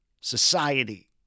society